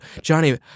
johnny